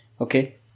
Okay